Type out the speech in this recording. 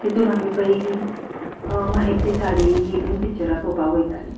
तितून आमी पयलीं माहेरची साडी ही बीन पिच्चरां पळोवपाक वयताली